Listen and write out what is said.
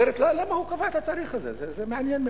אחרת למה הוא קבע את התאריך הזה, זה מעניין מאוד.